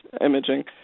imaging